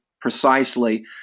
precisely